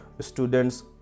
students